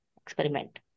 experiment